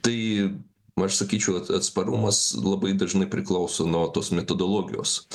tai aš sakyčiau at atsparumas labai dažnai priklauso nuo tos metodologijos